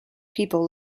people